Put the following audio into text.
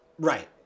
Right